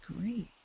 great